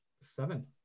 seven